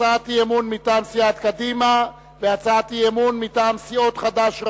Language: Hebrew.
הצעת אי-אמון מטעם סיעת קדימה והצעת אי-אמון מטעם סיעות חד"ש,